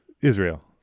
Israel